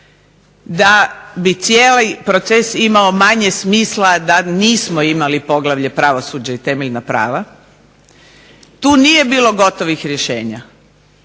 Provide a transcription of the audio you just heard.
da bi cijeli proces imao manje smisla da nismo imali Poglavlje – Pravosuđe i temeljna prava. Tu nije bilo gotovih rješenja.